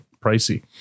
pricey